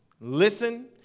listen